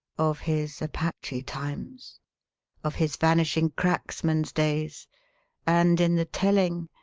of his apache times of his vanishing cracksman's days and, in the telling,